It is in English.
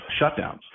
shutdowns